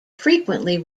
frequently